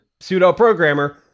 pseudo-programmer